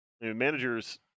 managers